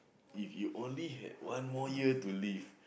if you only had one more year to live